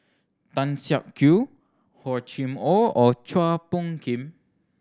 Tan Siak Kew Hor Chim Or or Chua Phung Kim